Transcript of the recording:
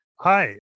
Hi